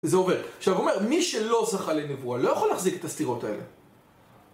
זה עובר. עכשיו הוא אומר, מי שלא זכה לנבואה לא יכול להחזיק את הסתירות האלה.